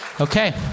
Okay